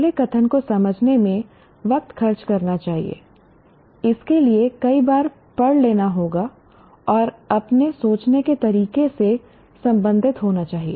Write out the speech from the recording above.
पहले कथन को समझने में वक्त खर्च करना चाहिए इसके लिए कई बार पढ़ लेना होगा और अपने सोचने के तरीके से संबंधित होना चाहिए